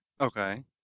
Okay